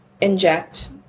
inject